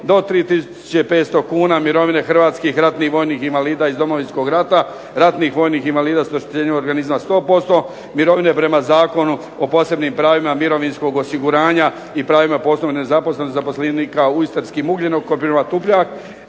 500 kuna, mirovine Hrvatskih ratnih vojnih invalida iz Domovinskog rata, ratnih vojnih invalida s oštećenjem organizma 100%, mirovine prema Zakonu o posebnim pravima mirovinskog osiguranje i pravima zaposlenika u Istarskim ugljenokopima Tupljak